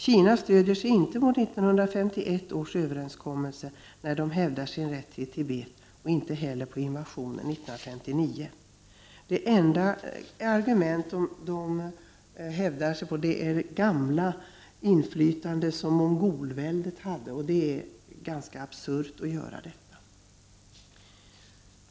Kina stöder sig inte på 1951 års överenskommelse när det hävdar sin rätt till Tibet och inte heller på invasionen 1959. Det enda argument som Kina hävdar är det gamla inflytande som mongolväldet hade, och det är ganska absurt.